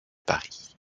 paris